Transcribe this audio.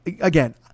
again